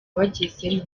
bagezemo